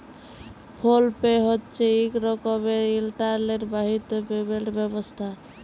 ফোল pay হছে ইক রকমের ইলটারলেট বাহিত পেমেলট ব্যবস্থা